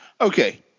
Okay